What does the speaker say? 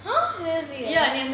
!huh! really ah